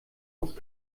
aus